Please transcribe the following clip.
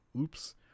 oops